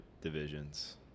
divisions